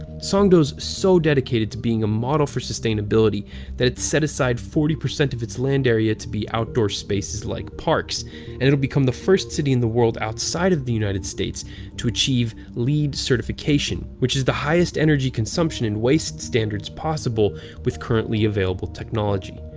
songdo's so dedicated to being a model for sustainability that it has set aside forty percent of its land area to be outdoor spaces like parks and it'll become the first city in the world outside of the united states to achieve leed certification, which is the highest energy consumption and waste standards possible with currently available technology.